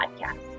Podcast